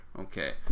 Okay